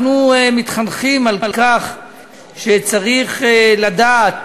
אנחנו מתחנכים על כך שצריך לדעת